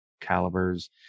calibers